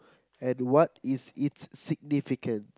and what is its significance